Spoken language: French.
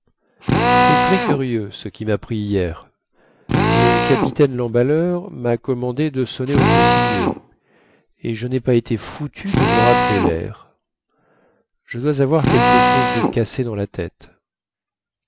cest très curieux ce qui ma pris hier le capitaine lemballeur ma commandé de sonner aux consignés et je nai pas été foutu de me rappeler lair je dois avoir quelque chose de cassé dans la tête